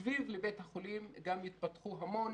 מסביב לבית החולים יתפתחו המון